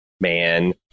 man